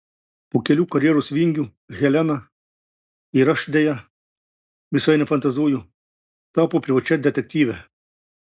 po kelių karjeros vingių helena ir aš deja visai nefantazuoju tapo privačia detektyve